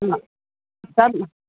हम्म सभु